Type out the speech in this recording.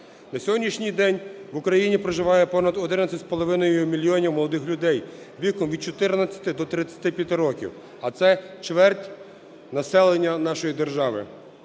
На сьогоднішній день в Україні проживає понад 11,5 мільйонів молодих людей віком від 14 до 35 років, а це чверть населення нашої держави.